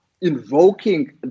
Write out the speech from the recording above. invoking